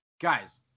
Guys